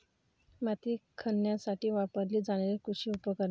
माती खणण्यासाठी वापरली जाणारी कृषी उपकरणे